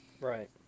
Right